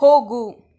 ಹೋಗು